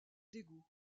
dégoût